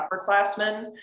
upperclassmen